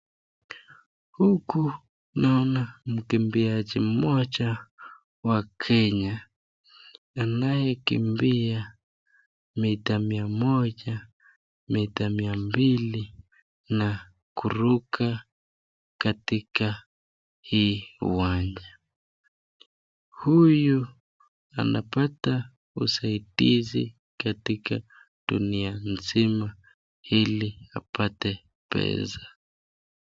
Huku naona mkimbiaji mmoja wa Kenya, anayekimbia mita mia moja, mita mia mbili na kuruka katika hii uwanja. Huyu anapata usaidizi katika dunia nzima ili apate pesa.